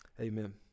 Amen